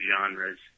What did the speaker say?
genres